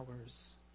hours